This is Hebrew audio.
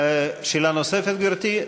שאלה נוספת, גברתי?